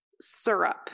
syrup